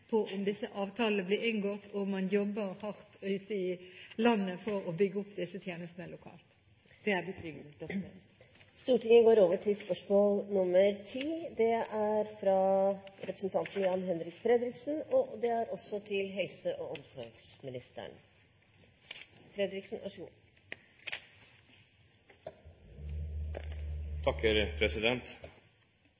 på om disse avtalene blir inngått, og om man jobber hardt ute i landet for å bygge opp disse tjenestene lokalt. Det er betryggende. «Helse Finnmark har i styrevedtak vedtatt nedbemanning på 57 årsverk og stillinger. Av disse er 15 årsverk og